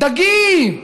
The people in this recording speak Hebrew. דגים.